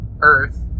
Earth